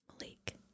Malik